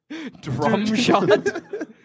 Drumshot